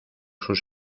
sus